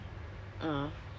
around there